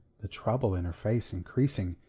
the trouble in her face increasing.